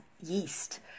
yeast